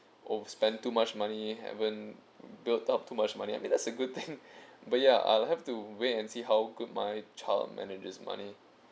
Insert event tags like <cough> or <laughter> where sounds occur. over spend too much money haven't built up too much money I mean that's a <laughs> good thing but yeah I'll have to wait and see how good my child manages the money